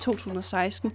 2016